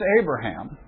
Abraham